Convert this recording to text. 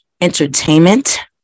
entertainment